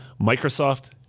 Microsoft